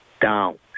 down